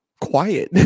quiet